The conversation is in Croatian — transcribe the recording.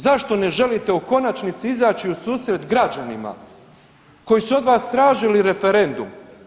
Zašto ne želite u konačnici izaći u susret građanima koji su od vas tražili referendum?